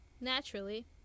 naturally